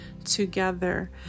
Together